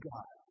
God